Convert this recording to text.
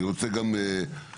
אני רוצה גם לציין